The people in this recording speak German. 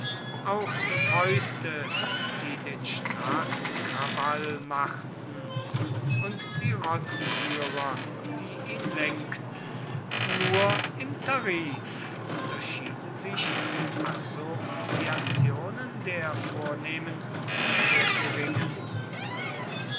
auch die fäuste die den straßenkrawall machten und die rottenführer die ihn lenkten nur im tarif unterschieden sich die assoziationen der vornehmen und der geringen